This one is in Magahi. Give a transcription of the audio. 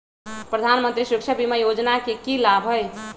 प्रधानमंत्री सुरक्षा बीमा योजना के की लाभ हई?